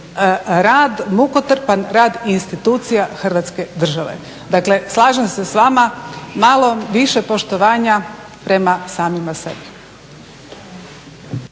rad, mukotrpan rad institucija Hrvatske države. Dakle, slažem se s vama, malo više poštovanja prema samima sebi.